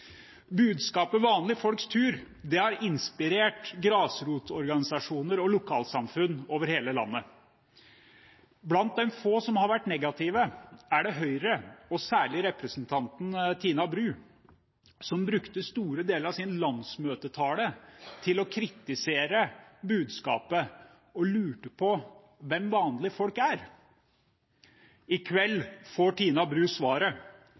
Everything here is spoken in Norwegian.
Budskapet «vanlige folks tur» har inspirert grasrotorganisasjoner og lokalsamfunn over hele landet. Blant de få som har vært negative, er Høyre, og særlig representanten Tina Bru, som brukte store deler av sin landsmøtetale til å kritisere budskapet. Hun lurte på hvem vanlige folk er. I kveld får Tina Bru svaret.